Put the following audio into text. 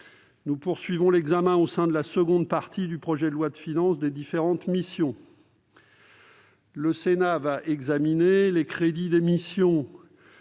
Nous poursuivons l'examen, au sein de la seconde partie du projet de loi de finances, des différentes missions. Le Sénat va examiner les crédits des missions